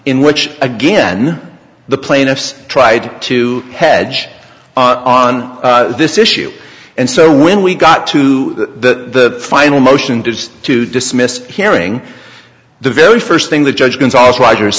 in which again the plaintiffs tried to hedge on this issue and so when we got to the final motion to dismiss hearing the very first thing the judge gonzales roger